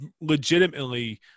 legitimately